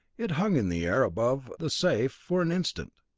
it hung in the air above the safe for an instant,